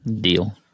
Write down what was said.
Deal